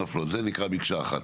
נופלות, זה נקרא מקשה אחת.